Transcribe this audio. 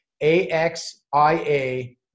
A-X-I-A